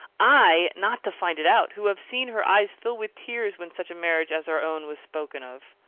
i not to find it out, who have seen her eyes fill with tears when such a marriage as our own was spoken of!